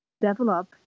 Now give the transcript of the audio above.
develop